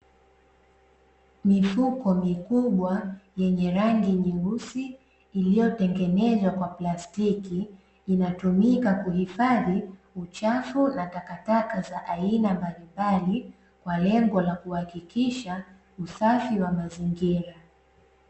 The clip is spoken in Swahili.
Mifuko mikuwa yenye rangi nyeusi iliyotengenezwa kwa plastiki, inatumika kuhifadhi uchafu na takataka za aina mbalimbali kwa lengo la kuhakikisha usafi wa mazingira.